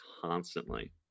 constantly